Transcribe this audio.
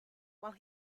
while